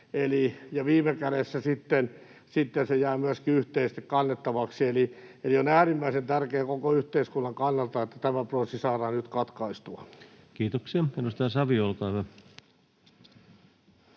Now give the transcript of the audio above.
Viime kädessä sitten se jää myöskin yhteisesti kannettavaksi, eli on äärimmäisen tärkeää koko yhteiskunnan kannalta, että tämä prosessi saadaan nyt katkaistua. Kiitoksia. — Edustaja Savio, olkaa hyvä.